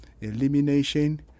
elimination